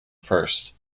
first